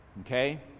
Okay